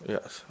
Yes